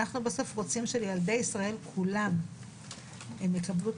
אנחנו בסוף רוצים שילדי ישראל כולם יקבלו את